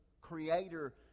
creator